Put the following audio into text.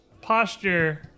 posture